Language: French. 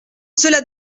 cela